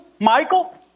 Michael